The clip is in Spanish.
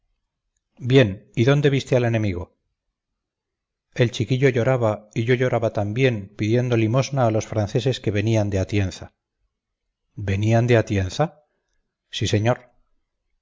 bien y dónde viste al enemigo el chiquillo lloraba y yo lloraba también pidiendo limosna a los franceses que venían de atienza venían de atienza sí señor